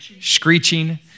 screeching